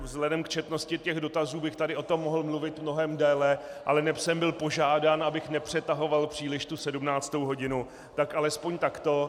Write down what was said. Vzhledem k četnosti dotazů bych tady o tom mohl mluvit déle, ale neb jsem byl požádán, abych nepřetahoval příliš 17. hodinu, tak alespoň takto.